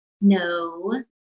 No